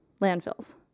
landfills